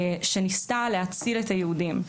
שניסתה להציל את היהודים,